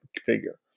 figure